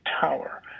tower